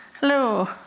Hello